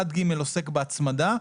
1ג עוסק בהצמדה,